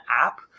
app